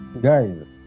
guys